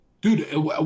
Dude